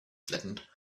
flattened